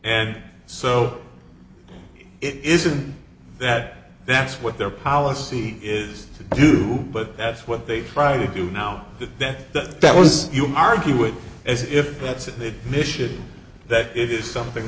and so it isn't that that's what their policy is to do but that's what they try to do now that that was you argue it as if that's a mission that it's something